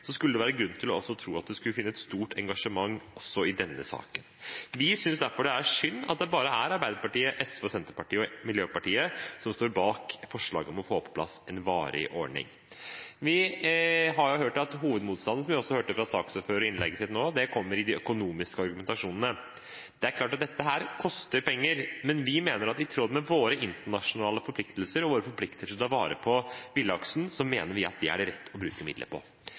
skulle det være grunn til å tro at det også skulle finnes et stort engasjement i denne saken. Vi synes derfor det er synd at det bare er Arbeiderpartiet, SV, Senterpartiet og Miljøpartiet De Grønne som står bak forslaget om å få på plass en varig ordning. Vi har hørt at hovedmotstanden, som vi nå også hørte fra saksordføreren i hennes innlegg, kommer i den økonomiske argumentasjonen. Det er klart at dette koster penger, men vi mener at det i tråd med våre internasjonale forpliktelser og våre forpliktelser til å ta vare på villaksen vil være det rette å bruke midler på. Sannheten er jo at det er